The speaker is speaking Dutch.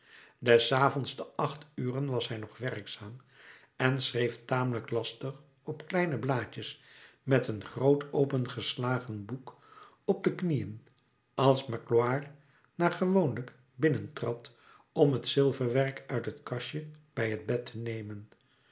des avonds te acht uren was hij nog werkzaam en schreef tamelijk lastig op kleine blaadjes met een groot opengeslagen boek op de knieën als magloire naar gewoonlijk binnentrad om het zilverwerk uit het kastje bij het bed te nemen